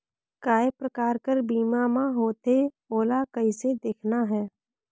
काय प्रकार कर बीमा मा होथे? ओला कइसे देखना है?